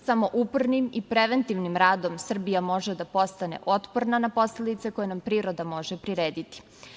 Samo upornim i preventivnim radom Srbija može da postane otporna na posledice koje nam priroda može prirediti.